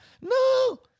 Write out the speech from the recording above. No